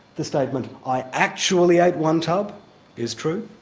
the statement i actually ate one tub is true,